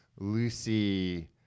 Lucy